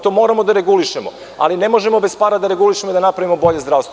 To moramo da regulišemo, ali ne možemo bez para da regulišemo i da napravimo bolje zdravstvo.